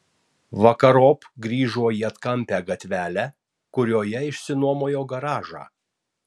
vakarop grįžo į atkampią gatvelę kurioje išsinuomojo garažą